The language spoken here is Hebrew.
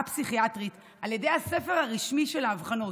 פסיכיאטרית על ידי הספר הרשמי של האבחנות,